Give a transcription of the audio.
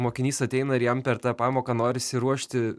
mokinys ateina ir jam per tą pamoką norisi ruošti